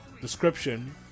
description